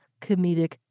comedic